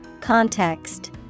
Context